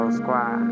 squad